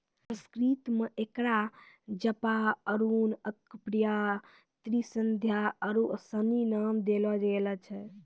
संस्कृत मे एकरा जपा अरुण अर्कप्रिया त्रिसंध्या आरु सनी नाम देलो गेल छै